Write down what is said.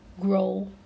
Grow